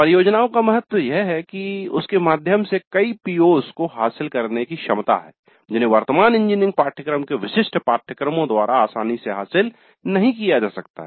परियोजनाओं का महत्व यह है कि उसके माध्यम से कई PO's को हासिल करने की क्षमता है जिन्हें वर्तमान इंजीनियरिंग पाठ्यक्रम के विशिष्ट पाठ्यक्रमों द्वारा आसानी से हासिल नहीं किया जा सकता है